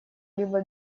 либо